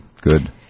good